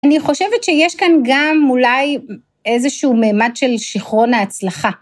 אני חושבת שיש כאן גם אולי איזשהו ממד של שכרון ההצלחה.